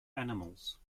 animals